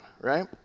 right